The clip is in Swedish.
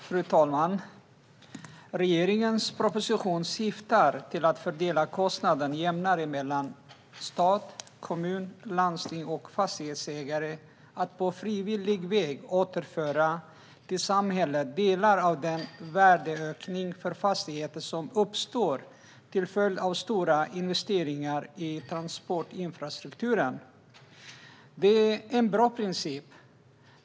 Fru talman! Regeringens proposition syftar till att fördela kostnaden jämnare mellan stat, kommun, landsting och fastighetsägare och till att på frivillig väg återföra till samhället delar av den värdeökning för fastigheter som uppstår till följd av stora investeringar i transportinfrastrukturen. Det är en bra princip.